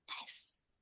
Nice